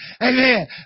Amen